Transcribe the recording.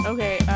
Okay